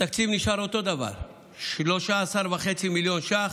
התקציב נשאר אותו דבר, 13.5 מיליון ש"ח.